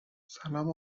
سلام